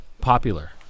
popular